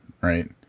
right